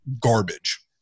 garbage